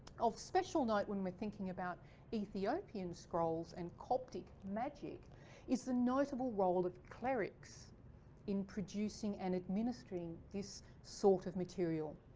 of special note when we're thinking about ethiopian scrolls and coptic magic is the notable role of clerics in producing and administering this sort of material.